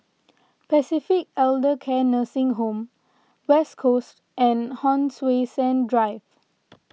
Pacific Elder Care Nursing Home West Coast and Hon Sui Sen Drive